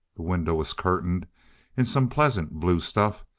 the window was curtained in some pleasant blue stuff,